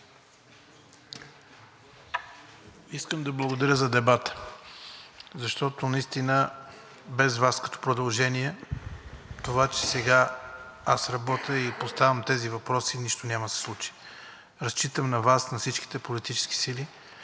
Искам да благодаря за дебата. Защото наистина без Вас като продължение, това, че сега аз работя и поставям тези въпроси, нищо няма да се случи. Разчитам на Вас, на всичките политически сили